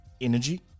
energy